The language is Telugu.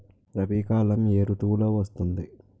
రబీ కాలం ఏ ఋతువులో వస్తుంది?